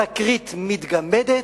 תקרית מתגמדת,